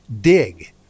dig